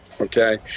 okay